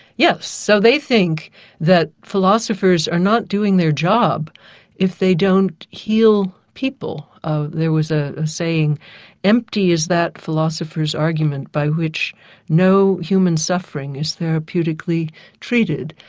yes, so they think that philosophers are not doing their job if they don't heal people. there was a saying empty is that philosopher's argument by which no human suffering is therapeutically treated,